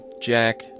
Jack